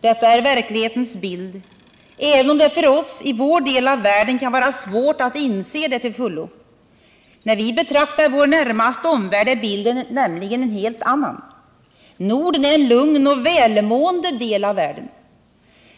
Detta är verklighetens bild, även om det för oss i vår del av världen kan vara svårt att inse till fullo. När vi betraktar vår närmaste omvärld är bilden en helt annan. Norden är en lugn och välmående del av världen.